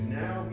now